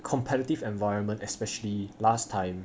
competitive environment especially last time